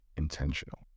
intentional